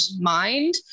mind